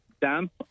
damp